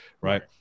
right